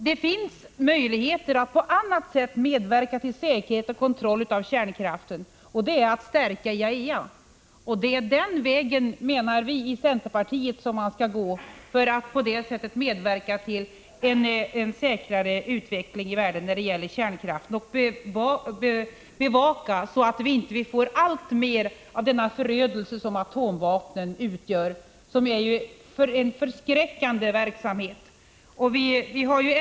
Det finns möjligheter att på annat sätt medverka till säkerhet och kontroll av kärnkraften, och det är att stärka IAEA. Centerpartiet menar att det är den vägen man skall gå för att medverka till en säkrare utveckling av kärnkraften i världen och bevaka att det inte blir alltmer förödelse av den förskräckande verksamhet som atomvapnen utgör.